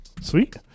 sweet